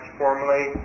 formally